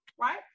right